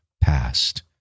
past